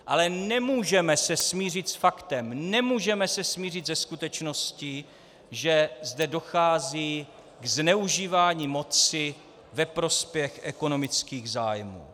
Ale nemůžeme se smířit s faktem, nemůžeme se smířit se skutečností, že zde dochází k zneužívání moci ve prospěch ekonomických zájmů.